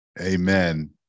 Amen